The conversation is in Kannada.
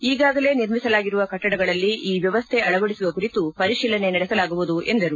ಈಗಾಗಲೇ ನಿರ್ಮಿಸಲಾಗಿರುವ ಕಟ್ಟಡಗಳಲ್ಲಿ ಈ ವ್ಯವಸ್ಥ ಅಳವಡಿಸುವ ಕುರಿತು ಪರಿಶೀಲನೆ ನಡೆಸಲಾಗುವುದು ಎಂದರು